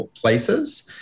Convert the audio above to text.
places